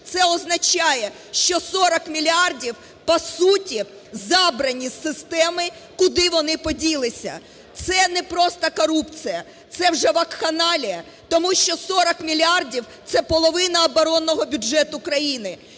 Це означає, що 40 мільярдів, по суті, забрані з системи, куди вони поділися. Це не просто корупція, це вже вакханалія. Тому що 40 мільярдів – це половина оборонного бюджету країни.